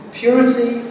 purity